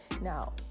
Now